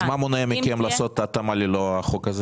אז מה מונע מכם לעשות התאמה ללא החוק הזה